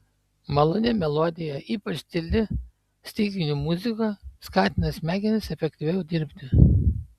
maloni melodija ypač tyli styginių muzika skatina smegenis efektyviau dirbti